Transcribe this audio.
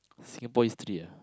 Singapore history ah